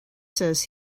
says